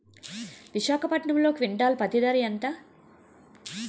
విశాఖపట్నంలో క్వింటాల్ పత్తి ధర ఎంత?